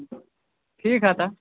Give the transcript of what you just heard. ठीक है तऽ